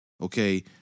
okay